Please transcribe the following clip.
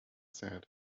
said